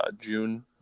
June